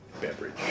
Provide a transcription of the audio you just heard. beverage